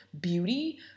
beauty